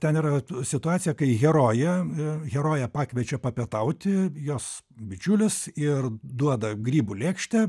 ten yra situacija kai heroję ir heroję pakviečia papietauti jos bičiulius ir duoda grybų lėkštę